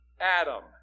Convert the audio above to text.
Adam